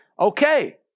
Okay